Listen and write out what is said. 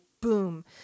boom